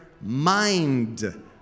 mind